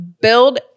build